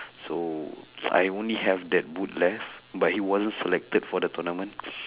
so I only have that boot left but he wasn't selected for the tournament